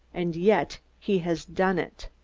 and yet he has done it.